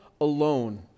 alone